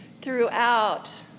throughout